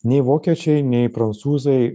nei vokiečiai nei prancūzai